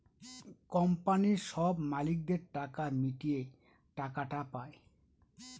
কোম্পানির সব মালিকদের টাকা মিটিয়ে টাকাটা পায়